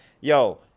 Yo